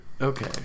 Okay